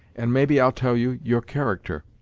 and, maybe, i'll tell you your character.